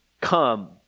come